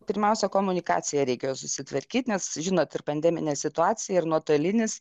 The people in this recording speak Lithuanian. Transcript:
pirmiausia komunikaciją reikėjo susitvarkyt nes žinot ir pandeminė situacija ir nuotolinis